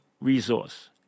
resource